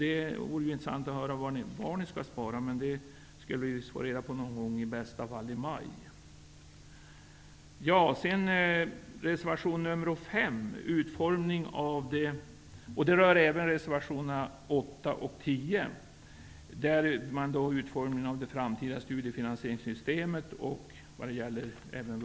Det vore intressant att få höra era besparingsförslag, men det skall vi visst i bästa fall få reda på i maj. Så vill jag kommentera reservationerna 5, 8 och 10, som handlar om utformingen av det framtida studiefinansieringssystemet och vuxenstudiestödet.